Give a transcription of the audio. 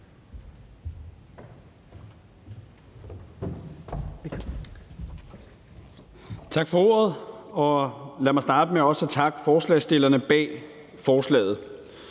Tak for ordet, og lad mig starte med også at takke forslagsstillerne bag forslaget.